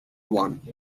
one